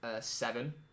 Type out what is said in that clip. seven